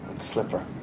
Slipper